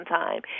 time